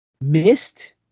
missed